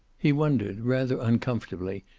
he wondered, rather uncomfortably,